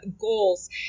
goals